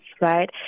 right